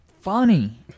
funny